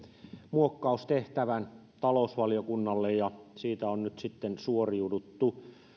muokkaustehtävän talousvaliokunnalle ja siitä on nyt sitten suoriuduttu